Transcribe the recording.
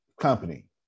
company